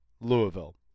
Louisville